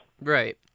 Right